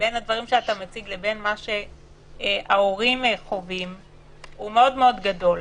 בין הדברים שאתה מציג ובין מה שההורים חווים הוא מאוד מאוד גדול.